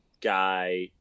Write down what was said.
guy